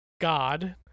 God